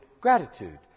gratitude